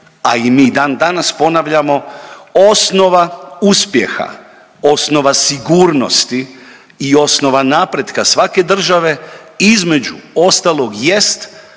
a i mi dan danas ponavljamo, osnova uspjeha, osnova sigurnosti i osnova napretka svake države između ostalog jest